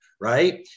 right